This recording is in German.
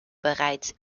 bereits